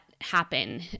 happen